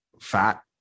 fat